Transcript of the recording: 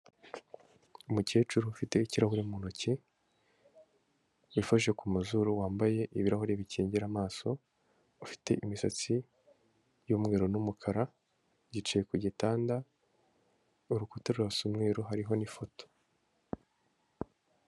Umukecuru ufite ikirahure mu ntoki, wifashe ku mazuru, wambaye ibirahure bikingira amaso, ufite imisatsi y'umweru n'umukara yicaye ku gitanda, urukuta rurasa umweru hariho n'ifoto.